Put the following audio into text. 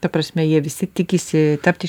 ta prasme jie visi tikisi tapti